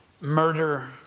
murder